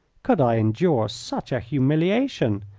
could i endure such a humiliation?